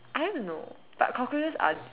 I don't know but cockroaches are